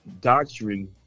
doctrine